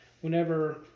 whenever